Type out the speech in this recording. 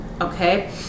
okay